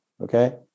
Okay